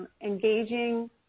engaging